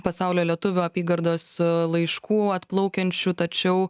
pasaulio lietuvių apygardos laiškų atplaukiančių tačiau